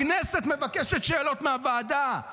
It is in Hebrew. הכנסת מבקשת שאלות מהוועדה.